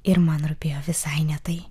ir man rūpėjo visai ne tai